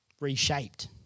reshaped